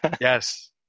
Yes